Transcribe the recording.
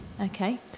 Okay